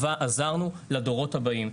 עזרנו לדורות הבאים.